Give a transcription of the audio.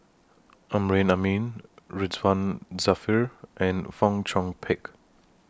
Amrin Amin Ridzwan Dzafir and Fong Chong Pik